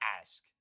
ask